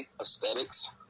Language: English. aesthetics